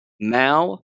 Mao